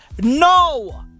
No